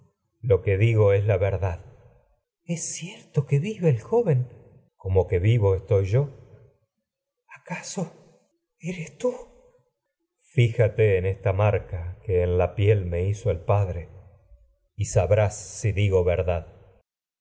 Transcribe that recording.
lo que digo es la verdad electra es cierto que vive el joven como que orestes electra orestes hizo el vivo estoy yo acaso eres tii fíjate y en esta marca que en la piel me padre sabrás si digo verdad